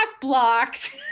blocked